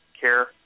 care